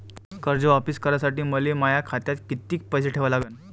कर्ज वापिस करासाठी मले माया खात्यात कितीक पैसे ठेवा लागन?